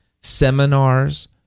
seminars